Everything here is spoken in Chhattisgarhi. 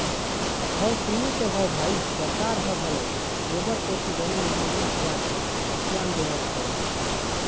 हव सुने तो हव भई सरकार ह घलोक गोबर कोती बने योजना चलाके धियान देवत हवय